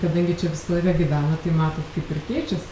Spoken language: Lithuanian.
kadangi čia visą laiką gyvenat tai matot kaip ir keičias